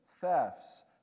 thefts